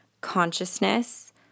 consciousness